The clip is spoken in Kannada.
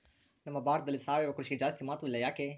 ನಮ್ಮ ಭಾರತದಲ್ಲಿ ಸಾವಯವ ಕೃಷಿಗೆ ಜಾಸ್ತಿ ಮಹತ್ವ ಇಲ್ಲ ಯಾಕೆ?